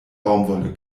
baumwolle